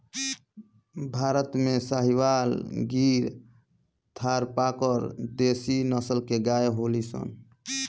भारत में साहीवाल, गिर, थारपारकर देशी नसल के गाई होलि सन